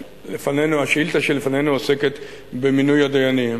השאילתא שבפנינו עוסקת במינוי הדיינים,